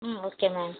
ம் okay ma'am